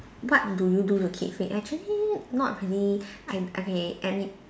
what do you do to keep fit actually not really I okay any